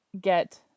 get